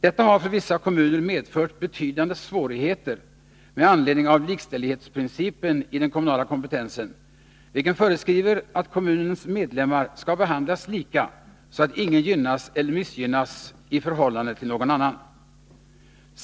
Detta har för vissa kommuner medfört betydande svårigheter med anledning av likställighetsprincipen i den kommunala kompetensen, vilken föreskriver att kommunens medlemmar skall behandlas lika så att ingen gynnas eller missgynnas i förhållande till någon annan.